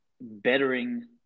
bettering